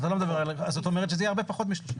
זאת אומרת שזה יהיה הרבה פחות מ-30%.